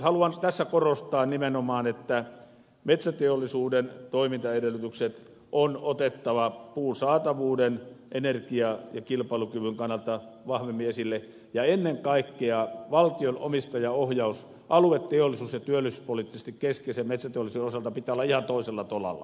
haluan tässä korostaa nimenomaan sitä että metsäteollisuuden toimintaedellytykset on otettava puun saatavuuden energia ja kilpailukyvyn kannalta vahvemmin esille ja ennen kaikkea valtion omistajaohjauksen alue teollisuus ja työllisyyspoliittisesti keskeisen metsäteollisuuden osalta pitää olla ihan toisella tolalla kuin nyt on ollut